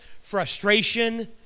frustration